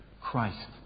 Christ